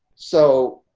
so,